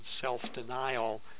self-denial